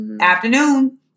Afternoon